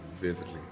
vividly